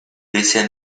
bisher